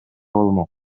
болмок